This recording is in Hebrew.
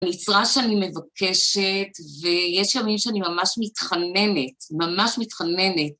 נצרה שאני מבקשת, ויש ימים שאני ממש מתחננת, ממש מתחננת.